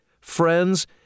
friends